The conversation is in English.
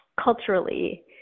culturally